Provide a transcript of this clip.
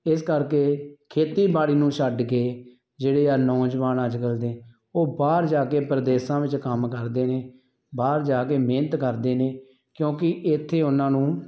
ਇਸ ਕਰਕੇ ਖੇਤੀਬਾੜੀ ਨੂੰ ਛੱਡ ਕੇ ਜਿਹੜੇ ਆ ਨੌਜਵਾਨ ਅੱਜ ਕੱਲ੍ਹ ਦੇ ਉਹ ਬਾਹਰ ਜਾ ਕੇ ਪ੍ਰਦੇਸ਼ਾਂ ਵਿੱਚ ਕੰਮ ਕਰਦੇ ਨੇ ਬਾਹਰ ਜਾ ਕੇ ਮਿਹਨਤ ਕਰਦੇ ਨੇ ਕਿਉਂਕਿ ਇੱਥੇ ਉਹਨਾਂ ਨੂੰ